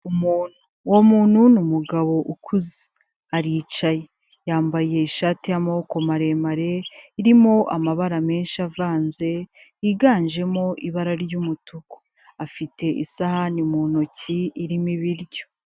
Umuntu, uwo muntu ni umugabo ukuze, aricaye, yambaye ishati y'amaboko maremare, irimo amabara menshi avanze, yiganjemo ibara ry'umutuku, afite isahani mu ntoki, irimo ibiryo.